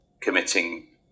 committing